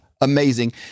amazing